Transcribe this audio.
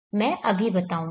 मैं अभी बताऊंगा